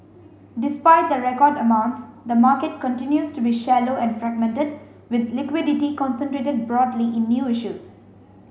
despite the record amounts the market continues to be shallow and fragmented with liquidity concentrated broadly in new issues